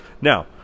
Now